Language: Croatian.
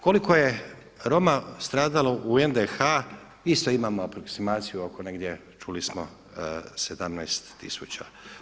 Kliko je Roma stradalo u NDH isto imamo aproksimaciju negdje čuli smo 17 tisuća.